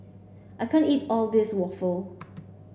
I can't eat all this waffle